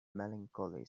melancholy